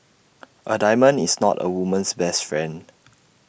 A diamond is not A woman's best friend